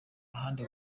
ahandi